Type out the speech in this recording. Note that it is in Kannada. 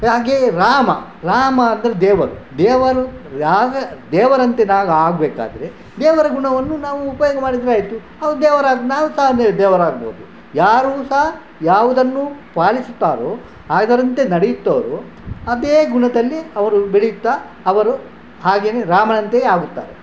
ಹಾಗೆ ರಾಮ ರಾಮ ಅಂದರೆ ದೇವರು ದೇವರು ಯಾರೆ ದೇವರಂತೆ ನಾವು ಆಗಬೇಕಾದ್ರೆ ದೇವರ ಗುಣವನ್ನು ನಾವು ಉಪಯೋಗ ಮಾಡಿದರೆ ಆಯಿತು ಆವಾಗ ದೇವರಾಗಿ ನಾವು ಸಹ ಅದೇ ದೇವರಾಗ್ಬೋದು ಯಾರು ಸಹ ಯಾವುದನ್ನು ಪಾಲಿಸುತ್ತಾರೋ ಅದರಂತೆ ನಡೆಯುತ್ತಾರೋ ಅದೇ ಗುಣದಲ್ಲಿ ಅವರು ಬೆಳೆಯುತ್ತಾ ಅವರು ಹಾಗೆಯೇ ರಾಮನಂತೆಯೇ ಆಗುತ್ತಾರೆ